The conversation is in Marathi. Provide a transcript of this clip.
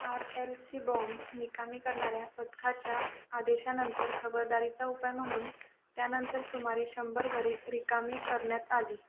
आर एल सी बॉम्ब निकामी करणाऱ्या पथकाच्या आदेशानंतर खबरदारीचा उपाय म्हणून त्यानंतर सुमारे शंभर घरे रिकामी करण्यात आली